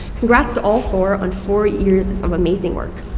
congrats to all four on four years of amazing work.